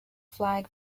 flag